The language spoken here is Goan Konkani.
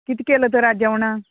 कित केलां तर आज जेवणा